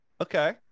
Okay